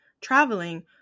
traveling